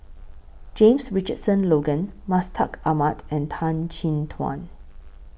James Richardson Logan Mustaq Ahmad and Tan Chin Tuan